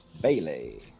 Bailey